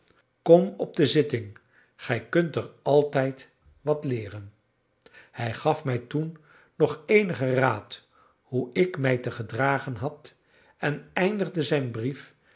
kom op de zitting gij kunt er altijd wat leeren hij gaf mij toen nog eenigen raad hoe ik mij te gedragen had en eindigde zijn brief